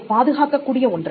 இது பாதுகாக்கக்கூடிய ஒன்று